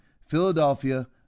Philadelphia